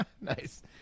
Nice